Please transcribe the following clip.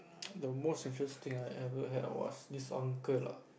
the most interesting thing I've ever had was this uncle ah